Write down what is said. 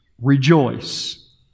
rejoice